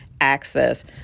access